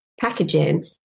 packaging